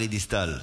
הבא על סדר-היום,